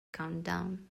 countdown